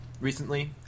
recently